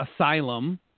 Asylum